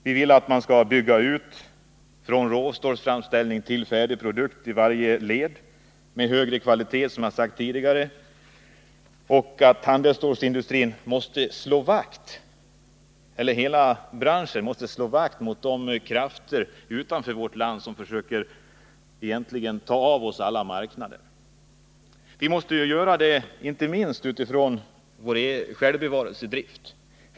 Vi vill att man skall bygga ut från råstålsframställning till färdig produkt i varje led med högre kvalitet, som jag har sagt tidigare. Hela branschen måste stå emot de krafter utanför vårt land som försöker ta ifrån oss alla marknader. Vi måste göra det inte minst av självbevarelsedrift.